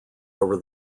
over